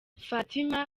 fatuma